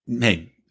hey